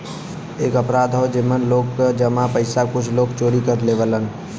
एक अपराध हौ जेमन लोग क जमा पइसा कुछ लोग चोरी कर लेवलन